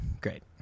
great